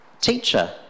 Teacher